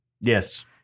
Yes